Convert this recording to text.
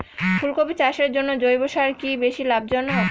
ফুলকপি চাষের জন্য জৈব সার কি বেশী লাভজনক?